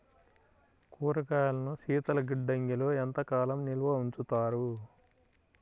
కూరగాయలను శీతలగిడ్డంగిలో ఎంత కాలం నిల్వ ఉంచుతారు?